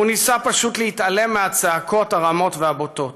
והוא ניסה פשוט להתעלם מהצעקות הרמות והבוטות.